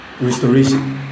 Restoration